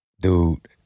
dude